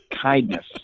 kindness